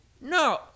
No